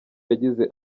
yagize